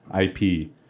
IP